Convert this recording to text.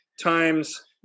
times